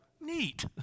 Neat